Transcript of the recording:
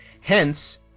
Hence